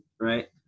right